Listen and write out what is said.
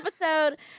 episode